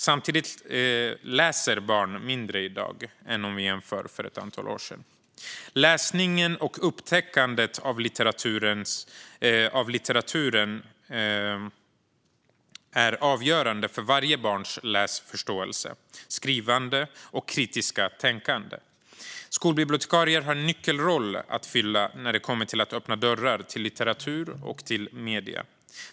Samtidigt läser barn mindre i dag än för ett antal år sedan. Läsningen och upptäckandet av litteraturen är avgörande för varje barns läsförståelse, skrivande och kritiska tänkande. Skolbibliotekarier har en nyckelroll att spela när det kommer till att öppna dörrar till litteratur och medier.